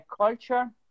culture